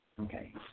okay